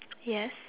yes